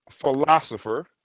philosopher